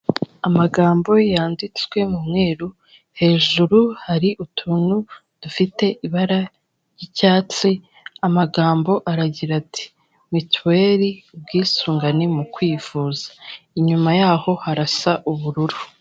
Amagambo yanditswe mu mweru, hejuru hari utuntu dufite ibara ry'icyatsi, amagambo aragira ati.'' Mituweri ubwisungane mu kwivuza''. Inyuma yaho harasa ubururu.